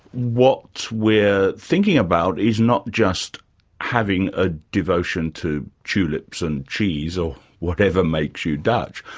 what we're thinking about is not just having a devotion to tulips and cheese, or whatever makes you dutch,